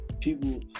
people